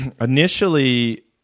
Initially